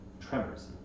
tremors